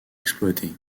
exploité